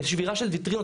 שבירה של ויטרינות?